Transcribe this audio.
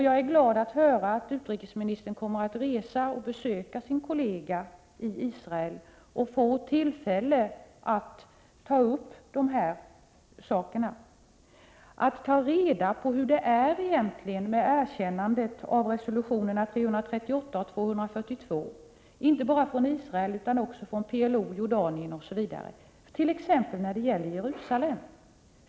Jag är glad att höra att utrikesministern kommer att besöka sin kollega i Israel och få tillfälle att ta upp de här sakerna, att ta reda på hur det egentligen är med erkännandet av resolutionerna 338 och 242, inte bara från Israel utan också från PLO, Jordanien osv. Hur är det t.ex. när det gäller Jerusalem?